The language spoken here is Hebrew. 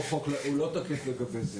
הוא לא תקף לגבי זה.